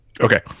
Okay